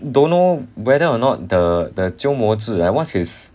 don't know whether or not the the 鸠摩智 ah what's his